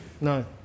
No